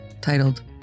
titled